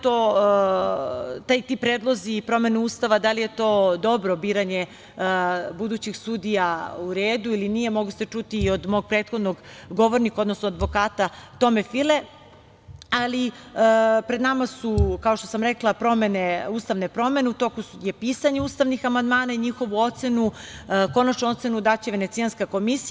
Ti predlozi i promene Ustava, da li je to biranje budućih sudija u redu ili nije, mogli ste čuti i od mog prethodnog govornika, odnosno advokata Tome File, ali pred nama su, kao što sam rekla, ustavne promene, u toku je pisanje ustavnih amandmana i njihovu konačnu ocenu daće Venecijanska komisija.